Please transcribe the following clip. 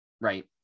Right